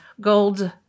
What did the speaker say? gold